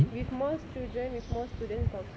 with more children with more students confirm